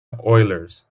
oilers